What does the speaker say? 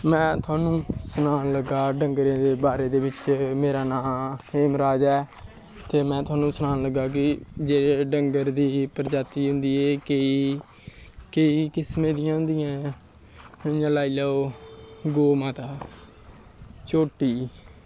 में थोहानू सनान लगां डंगरें दे बारे दे बिच्च मेरा नांऽ हीम राज ऐ ते में थोहानू सनान लगां जेह्ड़ी डंगर दी प्रजाति होंदी एह् केईं किसमें दियां होंदियां न जि'यां लाई लाओ गौ माता झोट्टी